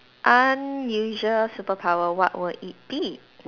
unusual superpower what would it be